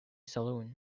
salon